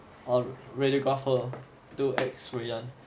orh radiographer do X ray one